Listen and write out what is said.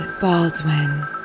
Baldwin